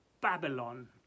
babylon